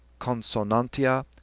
consonantia